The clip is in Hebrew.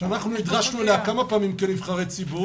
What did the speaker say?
שאנחנו נדרשנו אליה כמה פעמים בנבחרי ציבור,